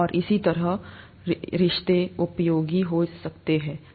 और इसी तरह यह रिश्ते उपयोगी हो सकता है